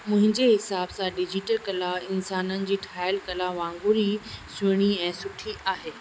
मुंहिंजे हिसाब सां डिजीटल कला इंसान जी ठाहियलु कला वांगुरु ई सुहिणी ऐं सुठी आहे